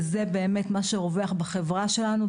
זו הרוח בחברה שלנו,